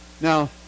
Now